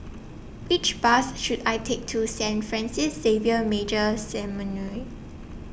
Which Bus should I Take to Saint Francis Xavier Major Seminary